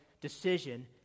decision